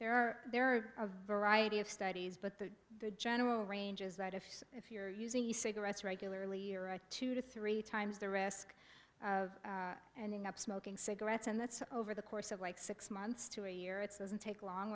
there are there are a verity of studies but the general range is that if so if you're using the cigarettes regularly or a two to three times the risk of ending up smoking cigarettes and that's over the course of like six months to a year it's doesn't take long